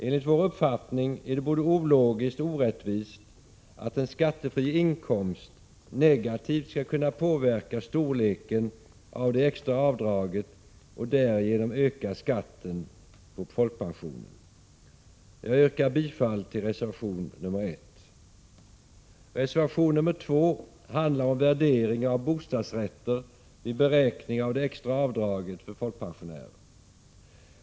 Enligt vår uppfattning är det både ologiskt och orättvist att en skattefri inkomst skall kunna påverka storleken av det extra avdraget negativt och därigenom öka skatten på folkpensionen. Jag yrkar bifall till reservation 1. Reservation 2 handlar om värdering av bostadsrätter vid beräkning av det extra avdraget för folkpensionärer.